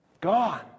Gone